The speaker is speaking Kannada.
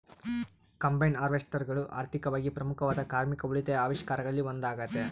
ಕಂಬೈನ್ ಹಾರ್ವೆಸ್ಟರ್ಗಳು ಆರ್ಥಿಕವಾಗಿ ಪ್ರಮುಖವಾದ ಕಾರ್ಮಿಕ ಉಳಿತಾಯ ಆವಿಷ್ಕಾರಗಳಲ್ಲಿ ಒಂದಾಗತೆ